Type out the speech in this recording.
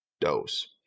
Dose